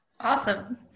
Awesome